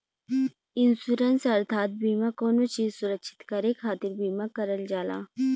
insurance अर्थात बीमा कउनो चीज सुरक्षित करे खातिर बीमा करल जाला